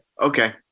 okay